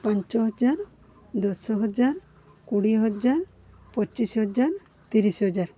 ପାଞ୍ଚ ହଜାର ଦଶ ହଜାର କୋଡ଼ିଏ ହଜାର ପଚିଶି ହଜାର ତିରିଶି ହଜାର